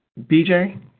BJ